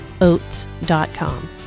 oats.com